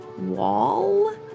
wall